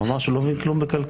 הוא אמר שהוא לא מבין כלום בכלכלה.